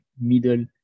middle